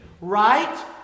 Right